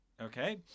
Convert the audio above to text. Okay